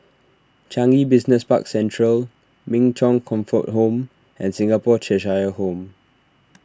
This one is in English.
Changi Business Park Central Min Chong Comfort Home and Singapore Cheshire Home